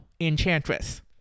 Enchantress